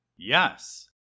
Yes